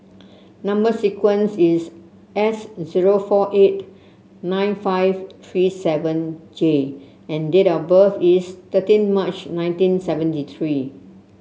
number sequence is S zero four eight nine five three seven J and date of birth is thirteen March nineteen seventy three